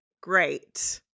great